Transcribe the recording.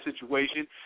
situation